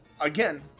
Again